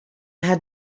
had